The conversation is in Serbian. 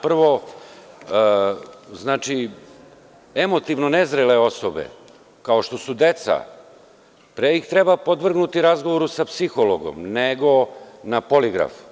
Prvo, emotivno nezrele osobe, kao što su deca, pre ih treba podvrgnuti razgovoru sa psihologom, nego na poligraf.